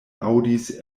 aŭdis